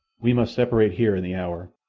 we must separate here in the hour,